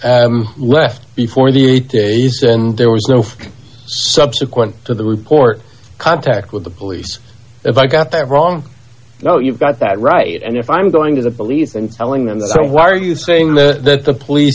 family left before the eight days and there was no subsequent to the report contact with the police if i got that wrong no you've got that right and if i'm going to the police and telling them that then why are you saying that the police